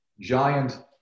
giant